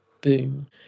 boom